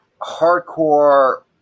hardcore